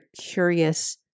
curious